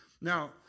Now